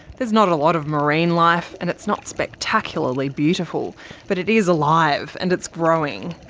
there's not a lot of marine life and it's not spectacularly beautiful but it is alive and it's growing.